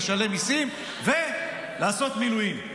לשלם מיסים ולעשות מילואים.